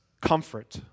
comfort